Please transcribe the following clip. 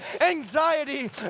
anxiety